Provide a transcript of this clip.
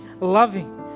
loving